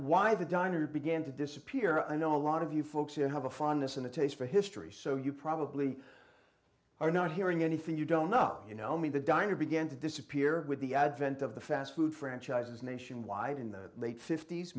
why the diner began to disappear i know a lot of you folks here have a fondness and a taste for history so you probably are not hearing anything you don't know you know me the diner began to disappear with the advent of the fast food franchises nationwide in the late fift